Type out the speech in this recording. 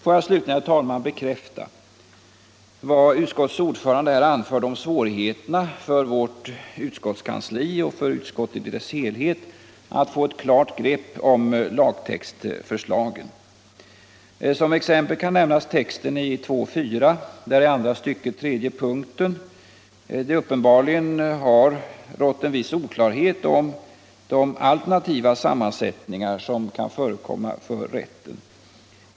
Får jag slutligen, herr talman, bekräfta vad utskottets ordförande här anförde om svårigheterna för vårt utskottskansli och för utskottet i dess helhet att få ett klart grepp om lagtextförslagen. Som exempel kan nämnas texten i kap. 2 4§ där det i andra stycket p. 3 uppenbarligen har rått en viss oklarhet om de alternativa sammansättningar som kan förekomma för rätten.